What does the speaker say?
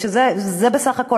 זה בסך הכול.